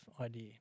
idea